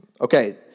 Okay